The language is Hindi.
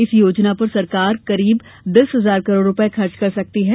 इस योजना पर सरकार करीब दस हजार करोड़ रुपये खर्च कर सकती है